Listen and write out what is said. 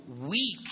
weak